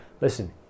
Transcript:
Listen